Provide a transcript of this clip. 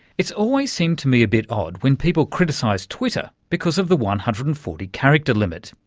it's always seemed to me a bit odd when people criticise twitter because of the one hundred and forty character limit.